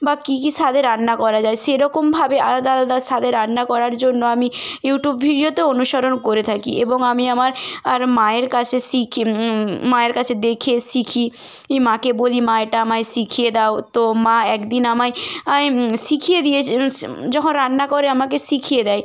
বা কী কী স্বাদে রান্না করা যায় সেরকমভাবে আলাদা আলাদা স্বাদে রান্না করার জন্য আমি ইউটিউব ভিডিওতে অনুসরণ করে থাকি এবং আমি আমার আর মায়ের কাছে শিখি মায়ের কাছে দেখে শিখি ইয়ে মাকে বলি মা এটা আমায় শিখিয়ে দাও তো মা একদিন আমায় আয় শিখিয়ে দিয়েছি যখন রান্না করে আমাকে শিখিয়ে দেয়